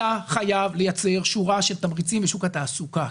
אתה חייב לייצר שורה של תמריצים בשוק התעסוקה.